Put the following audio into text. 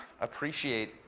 appreciate